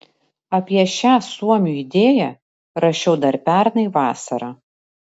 apie šią suomių idėją rašiau dar pernai vasarą